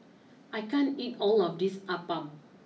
I can't eat all of this Appam